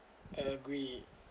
I agree